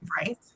Right